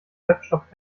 webshop